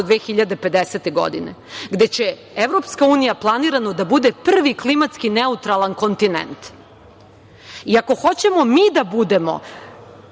2050. godine, gde je planirano da EU bude prvi klimatski neutralan kontinent. Ako hoćemo mi da budemo